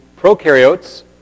prokaryotes